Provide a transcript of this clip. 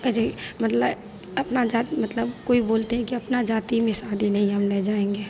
मतलब अपना जात मतलब कोई बोलते हैं कि अपनी जाति में शादी नहीं है हम नहीं जाएँगे